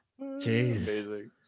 Jeez